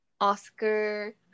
Oscar